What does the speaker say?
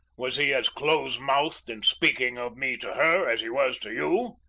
was he as close-mouthed in speaking of me to her as he was to you?